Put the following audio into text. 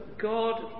God